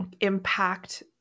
impact